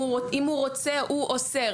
אם הוא רוצה הוא אוסר.